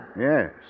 Yes